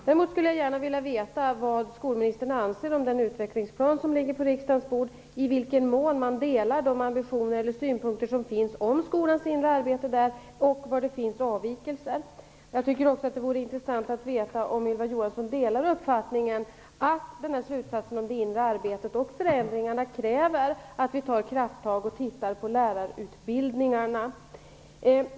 Däremot skulle jag gärna vilja veta vad skolministern anser om den utvecklingsplan som ligger på riksdagens bord och i vilken mån man delar de synpunkter som finns i den om skolans inre arbete och var det finns avvikelser. Jag tycker också att det vore intressant att veta om Ylva Johansson delar uppfattningen att slutsatsen om det inre arbetet och förändringarna kräver att vi tar krafttag och tittar på lärarutbildningarna.